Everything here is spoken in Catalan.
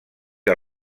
que